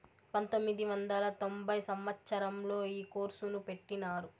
పంతొమ్మిది వందల తొంభై సంవచ్చరంలో ఈ కోర్సును పెట్టినారు